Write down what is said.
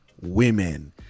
women